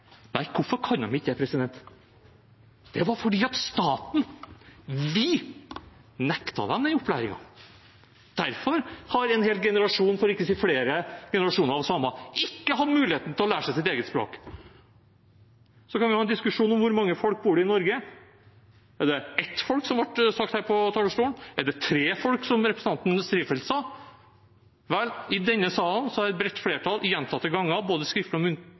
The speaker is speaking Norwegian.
Det var fordi staten – vi – nektet dem den opplæringen. Derfor har en hel generasjon, for ikke å si flere generasjoner samer, ikke hatt muligheten til å lære seg sitt eget språk. Så kan vi ha en diskusjon om hvor mange folk det bor i Norge. Er det ett folk, som det ble sagt her på talerstolen? Er det tre folk, som representanten Strifeldt sa? Vel, i denne salen har et bredt flertall gjentatte ganger, både skriftlig og